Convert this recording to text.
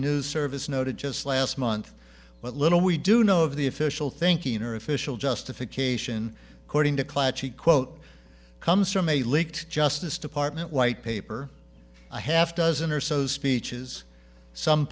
news service noted just last month what little we do know of the official thinking or official justification according to clutch he quote comes from a leaked justice department white paper a half dozen or so speeches some